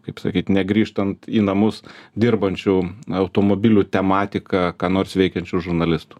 kaip sakyt negrįžtant į namus dirbančių automobilių tematika ką nors veikiančių žurnalistų